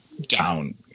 down